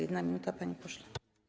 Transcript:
1 minuta, panie pośle.